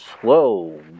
slow